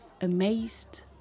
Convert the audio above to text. amazed